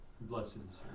blessings